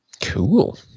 Cool